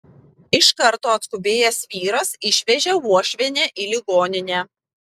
iš karto atskubėjęs vyras išvežė uošvienę į ligoninę